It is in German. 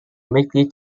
mitglied